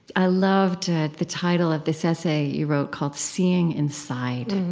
i loved the title of this essay you wrote called seeing inside,